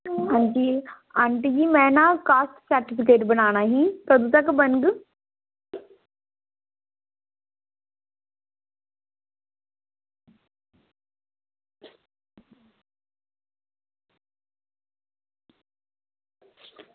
आं जी आंटी जी में ना सर्टीफिकेट बनाना ही कदूं तगर बनग